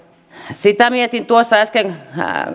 sitä mietin äsken